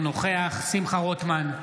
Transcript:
אינו נוכח שמחה רוטמן,